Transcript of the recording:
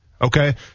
Okay